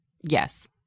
Yes